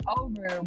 over